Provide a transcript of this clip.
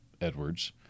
Edwards